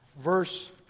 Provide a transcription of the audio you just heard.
verse